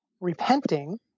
repenting